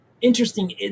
Interesting